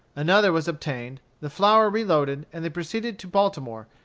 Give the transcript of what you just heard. another was obtained, the flour reloaded, and they proceeded to baltimore,